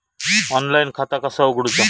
Online खाता कसा उगडूचा?